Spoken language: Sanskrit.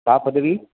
का पदविः